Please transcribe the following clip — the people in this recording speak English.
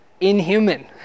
inhuman